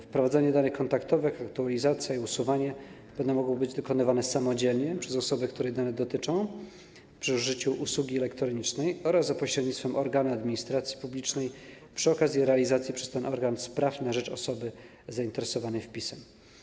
Wprowadzenie danych kontaktowych, aktualizacja i usuwanie będą mogły być dokonywane samodzielnie przez osobę, której dane dotyczą, przy użyciu usługi elektronicznej oraz za pośrednictwem organu administracji publicznej przy okazji realizacji przez ten organ spraw na rzecz osoby zainteresowanej wpisem.